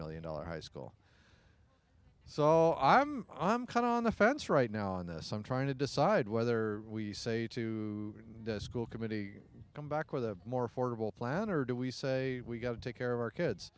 million dollar high school so i'm i'm kind of on the fence right now on this i'm trying to decide whether we say to school committee come back with a more affordable plan or do we say we got to take care of our kids